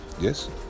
Yes